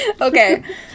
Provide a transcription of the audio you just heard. Okay